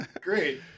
Great